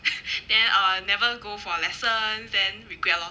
then I'll never go for lessons then regret lor